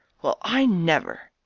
well, i never!